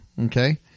Okay